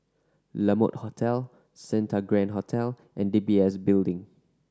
La Mode Hotel Santa Grand Hotel and D B S Building